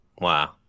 Wow